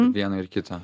vieną ir kitą